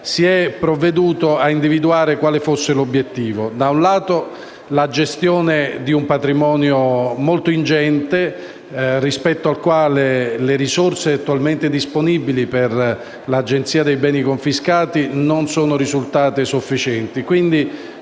si è provveduto a individuare l'obiettivo, che è innanzitutto la gestione di un patrimonio molto ingente, rispetto al quale le risorse attualmente disponibili per l'Agenzia dei beni sequestrati e confiscati non sono risultate sufficienti;